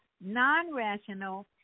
non-rational